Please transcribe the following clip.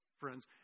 friends